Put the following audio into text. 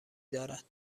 دارد